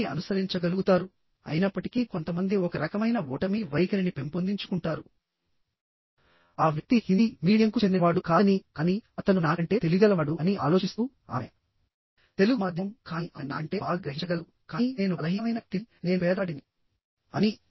దీనిని అనుసరించగలుగుతారుఅయినప్పటికీ కొంతమంది ఒక రకమైన ఓటమి వైఖరిని పెంపొందించుకుంటారు ఆ వ్యక్తి హిందీ మీడియంకు చెందినవాడు కాదని కానీ అతను నాకంటే తెలివిగలవాడు అని ఆలోచిస్తూ ఆమె తెలుగు మాధ్యమంకానీ ఆమె నాకంటే బాగా గ్రహించగలదు కానీ నేను బలహీనమైన వ్యక్తినినేను పేదవాడిని అని